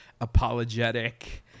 apologetic